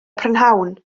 prynhawn